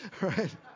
Right